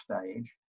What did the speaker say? stage